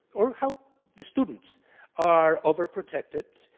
or how the students are overprotected.